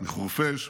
מחורפיש,